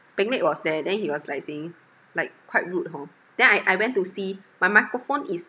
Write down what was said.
peng lek was there then he was like saying like quite rude hor then I I went to see my microphone is